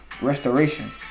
restoration